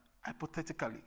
hypothetically